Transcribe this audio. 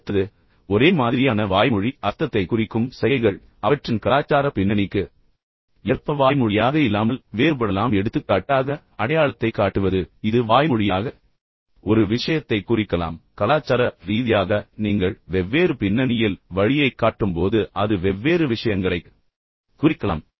அடுத்தது ஒரே மாதிரியான வாய்மொழி அர்த்தத்தைக் குறிக்கும் சைகைகள் அவற்றின் கலாச்சாரப் பின்னணிக்கு ஏற்ப வாய்மொழியாக இல்லாமல் வேறுபடலாம் எடுத்துக்காட்டாக வி அடையாளத்தை காட்டுவது இது வாய்மொழியாக ஒரு விஷயத்தைக் குறிக்கலாம் ஆனால் கலாச்சார ரீதியாக நீங்கள் வெவ்வேறு பின்னணியில் வழியைக் காட்டும்போது அது வெவ்வேறு விஷயங்களைக் குறிக்கலாம்